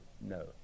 no